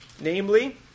namely